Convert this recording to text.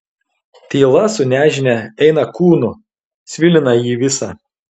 tyla su nežinia eina kūnu svilina jį visą